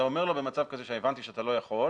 אתה אומר לו במצב כזה שהבנתי שאתה לא יכול,